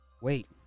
wait